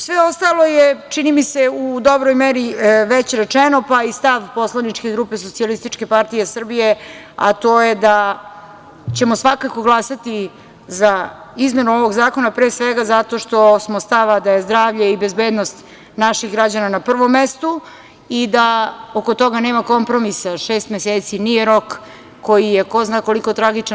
Sve ostalo je, čini mi se, u dobroj meri već rečeno, pa i stav poslaničke grupe Socijalističke partije Srbije, a to je da ćemo svakako glasati za izmenu ovog Zakona, pre svega, zato što smo stava da je zdravlje i bezbednost naših građana na prvom mestu i da oko toga nema kompromisa, šest meseci nije rok koji je ko zna koliko tragičan.